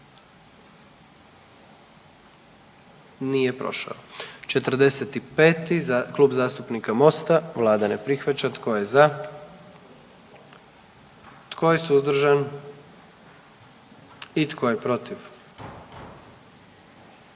dio zakona. 44. Kluba zastupnika SDP-a, vlada ne prihvaća. Tko je za? Tko je suzdržan? Tko je protiv?